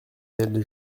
elle